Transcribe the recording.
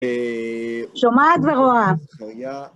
שומעת ורואה.